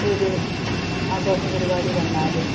ഒരു ആഘോഷ പരിപാടി വന്നാലും